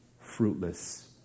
fruitless